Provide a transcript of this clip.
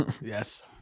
yes